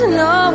no